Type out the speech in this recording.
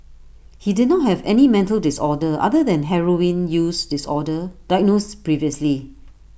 he did not have any mental disorder other than heroin use disorder diagnosed previously